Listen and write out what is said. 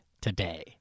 today